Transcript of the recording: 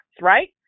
right